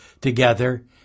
together